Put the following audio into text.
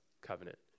covenant